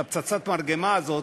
את פצצת המרגמה הזאת,